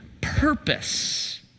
purpose